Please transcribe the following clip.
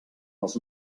els